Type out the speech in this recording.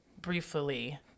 briefly